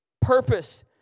Purpose